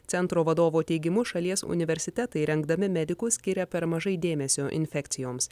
centro vadovo teigimu šalies universitetai rengdami medikus skiria per mažai dėmesio infekcijoms